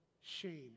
shame